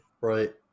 Right